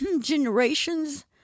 generations